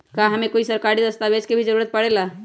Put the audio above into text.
का हमे कोई सरकारी दस्तावेज के भी जरूरत परे ला?